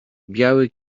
biały